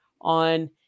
on